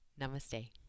Namaste